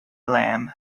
lamb